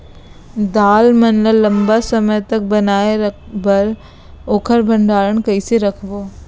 दाल मन ल लम्बा समय तक बनाये बर ओखर भण्डारण कइसे रखबो?